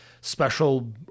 special